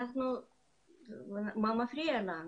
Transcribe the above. החלטנו לעלות.